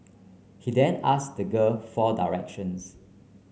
he then asked the girl for directions